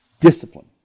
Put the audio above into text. discipline